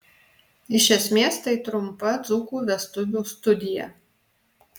iš esmės tai trumpa dzūkų vestuvių studija